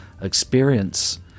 experience